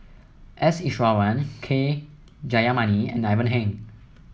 S Iswaran K Jayamani and Ivan Heng